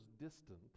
distant